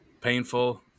painful